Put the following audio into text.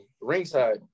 ringside